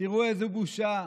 תראו איזו בושה.